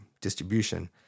distribution